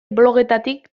blogetatik